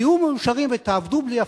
תהיו מאושרים ותעבדו בלי הפסקה.